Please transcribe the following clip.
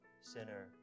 sinner